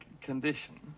condition